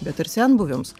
bet ir senbuviams